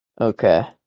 Okay